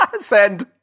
Send